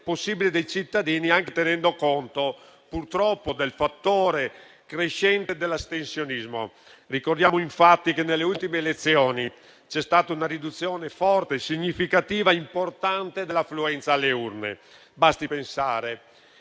possibile dei cittadini, anche tenendo conto purtroppo del fattore crescente dell'astensionismo. Ricordiamo, infatti, che nelle ultime elezioni c'è stata una riduzione forte, significativa e importante dell'affluenza alle urne. Basti pensare